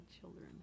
children